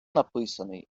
написаний